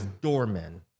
doormen